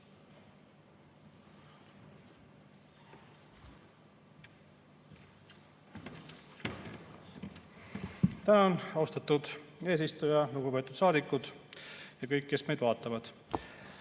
Tänan, austatud eesistuja! Lugupeetud saadikud ja kõik, kes meid vaatavad!